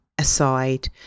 aside